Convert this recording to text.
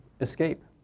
escape